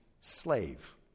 slave